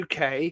UK